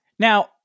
Now